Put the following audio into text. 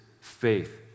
faith